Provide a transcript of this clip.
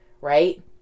right